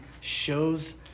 shows